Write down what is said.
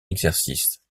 exercice